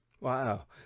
Wow